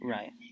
Right